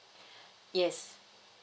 yes